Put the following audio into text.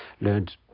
learned